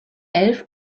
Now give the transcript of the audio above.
elf